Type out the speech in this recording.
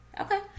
Okay